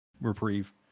reprieve